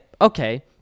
okay